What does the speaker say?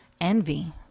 envy